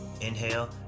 inhale